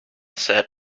set